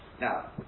Now